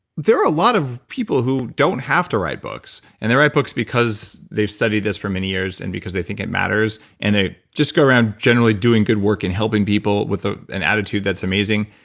there are a lot of people who don't have to write books, and they write books because they've studied this for many years and because they think it matters, and they just go around generally doing good work and helping people with an attitude that's amazing,